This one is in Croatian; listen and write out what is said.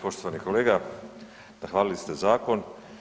Poštovani kolega, nahvalili ste zakon.